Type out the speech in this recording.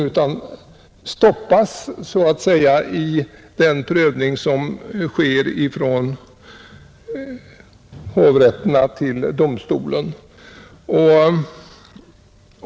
Ärendena stoppas så att säga i den prövning som sker från hovrätterna till högsta domstolen.